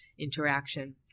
interaction